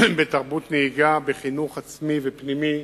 בתרבות נהיגה, בחינוך עצמי ופנימי